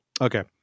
Okay